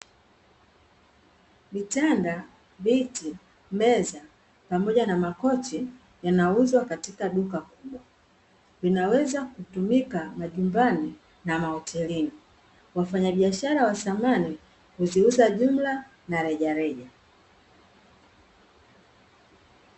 Vitanda, viti, meza pamoja na makochi vinauzwa katika duka kubwa. Vinaweza kutumika majumbani na mahotelini. Wafanyabiashara wa samani huziuza jumla na rejareja.